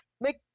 make